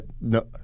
no